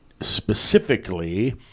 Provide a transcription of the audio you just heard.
specifically